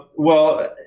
well,